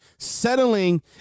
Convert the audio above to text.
Settling